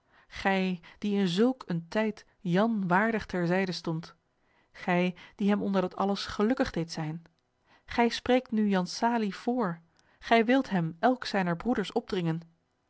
gij die in zulk een tijd jan waardig ter zijde stondt gij die hem onder dat alles gelukkig deedt zijn gij spreekt nu jan salie vr gij wilt hem elk zijner broeders opdringen